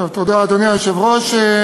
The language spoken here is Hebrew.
תודה, אדוני היושב-ראש.